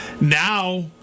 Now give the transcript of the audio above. Now